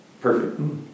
Perfect